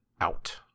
out